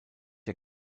der